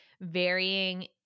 varying